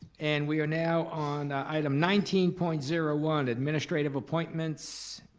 and we are now on item nineteen point zero one, administrative appointments,